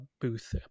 booth